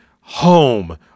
Home